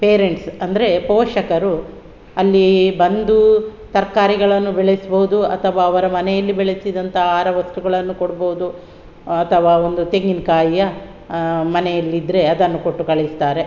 parents ಅಂದರೆ ಪೋಷಕರು ಅಲ್ಲಿ ಬಂದು ತರಕಾರಿಗಳನ್ನು ಬೆಳೆಸಬಹುದು ಅಥವಾ ಅವರ ಮನೆಯಲ್ಲಿ ಬೆಳೆಸಿದಂಥ ಆಹಾರ ವಸ್ತುಗಳನ್ನು ಕೊಡಬಹುದು ಅಥವಾ ಒಂದು ತೆಂಗಿನಕಾಯಿಯ ಮನೆಯಲ್ಲಿದ್ದರೆ ಅದನ್ನು ಕೊಟ್ಟುಕಳುಹಿಸ್ತಾರೆ